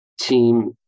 Team